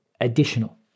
additional